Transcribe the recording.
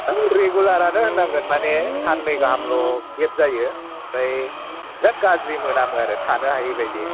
रेगुलारानो होननांगोन माने साननै गाहामल' गेप जायो ओमफ्राय बिराद गाज्रि मोनामो आरो थानो हायि बायदि